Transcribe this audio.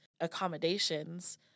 accommodations